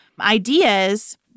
ideas